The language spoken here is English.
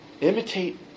imitate